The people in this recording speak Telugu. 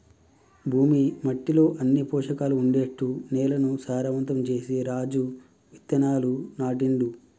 భూమి మట్టిలో అన్ని పోషకాలు ఉండేట్టు నేలను సారవంతం చేసి రాజు విత్తనాలు నాటిండు